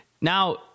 Now